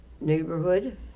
neighborhood